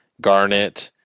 Garnet